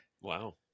wow